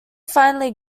finally